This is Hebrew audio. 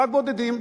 רק בודדים.